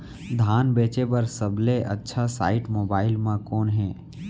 धान बेचे बर सबले अच्छा साइट मोबाइल म कोन हे?